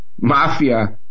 mafia